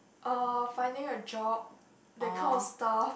uh finding a job that kind of stuff